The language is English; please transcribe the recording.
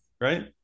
right